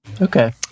Okay